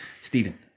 Stephen